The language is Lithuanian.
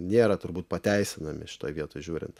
nėra turbūt pateisinami šitoj vietoj žiūrint